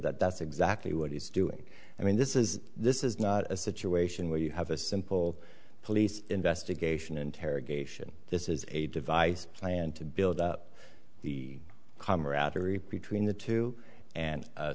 that that's exactly what he's doing i mean this is this is not a situation where you have a simple police investigation interrogation this is a device planned to build up the camaraderie between the two and